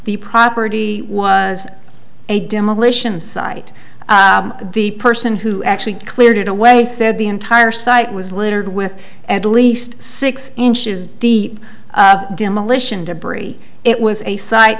the property was a demolition site the person who actually cleared it away said the entire site was littered with at least six inches deep demolition debris it was a site